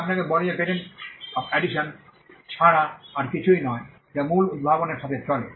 যা আপনাকে বলে যে পেটেণ্ট অফ আড্ডিশন ছাড়া আর কিছুই নয় যা মূল উদ্ভাবনের সাথে চলে